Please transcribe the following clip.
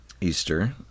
Easter